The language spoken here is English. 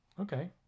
Okay